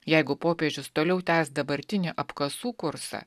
jeigu popiežius toliau tęs dabartinį apkasų kursą